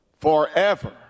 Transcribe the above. forever